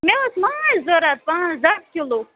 مےٚ اوس ماچھ ضروٗرت پانژھ دَہ کِلو